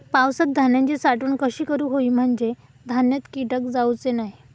पावसात धान्यांची साठवण कशी करूक होई म्हंजे धान्यात कीटक जाउचे नाय?